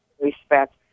respect